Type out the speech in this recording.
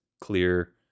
clear